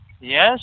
Yes